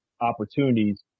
opportunities